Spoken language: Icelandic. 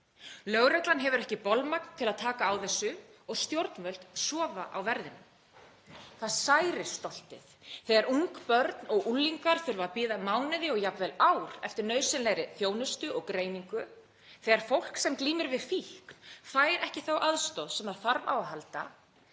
Lögreglan hefur ekki bolmagn til að taka á þessu og stjórnvöld sofa á verðinum. Það særir stoltið þegar ung börn og unglingar þurfa að bíða mánuði og jafnvel ár eftir nauðsynlegri þjónustu og greiningu, þegar fólk sem glímir við fíkn fær ekki þá aðstoð sem það þarf á að halda,